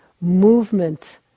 movement